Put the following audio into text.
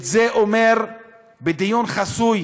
את זה אומר בדיון חסוי